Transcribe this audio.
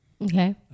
Okay